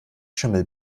schimmel